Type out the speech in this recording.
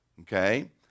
okay